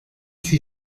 huit